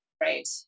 Right